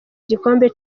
gikombe